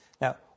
Now